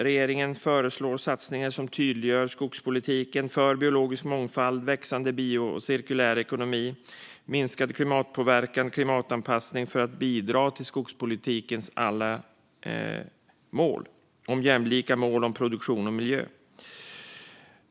Regeringen föreslår satsningar som tydliggör skogspolitiken för biologisk mångfald, växande bioekonomi och cirkulär ekonomi, minskad klimatpåverkan och bättre klimatanpassning för att bidra till skogspolitikens alla mål. Det handlar om jämlika mål, om produktion och om miljö.